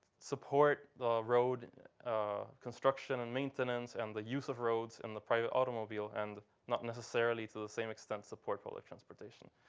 support the road construction and maintenance and the use of roads and the private automobile and not necessarily to the same extent support public transportation.